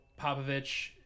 Popovich